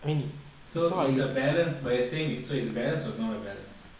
so is a balance but you are saying it so it's a balance or not a balance